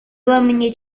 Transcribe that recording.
uomini